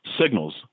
signals